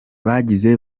bagize